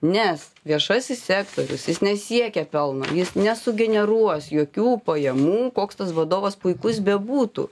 nes viešasis sektorius nesiekia pelno jis nesugeneruos jokių pajamų koks tas vadovas puikus bebūtų